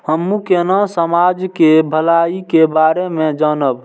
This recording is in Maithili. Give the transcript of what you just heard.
हमू केना समाज के भलाई के बारे में जानब?